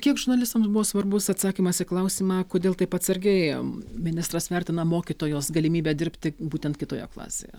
kiek žurnalistam buvo svarbus atsakymas į klausimą kodėl taip atsargiai ministras vertina mokytojos galimybę dirbti būtent kitoje klasėje